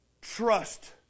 Trust